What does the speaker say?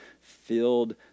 filled